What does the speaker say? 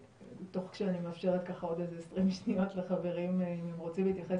תוך שאני מאפשרת ככה עוד איזה 20 שניות לחברים אם הם רוצים להתייחס,